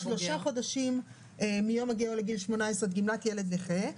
שלושה חודשים מיום הגיעו לגיל 18 גמלת ילד נכה,